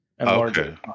Okay